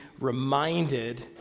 reminded